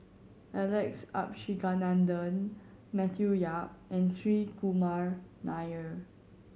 Alex Abisheganaden Matthew Yap and Hri Kumar Nair